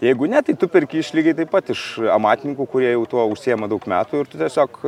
jeigu ne tai tu perki iš lygiai taip pat iš amatininkų kurie jau tuo užsiima daug metų ir tu tiesiog